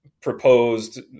proposed